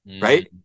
Right